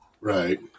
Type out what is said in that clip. Right